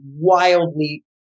wildly